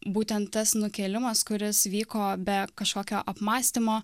būtent tas nukėlimas kuris vyko be kažkokio apmąstymo